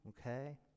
Okay